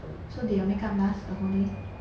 so did your makeup last the whole day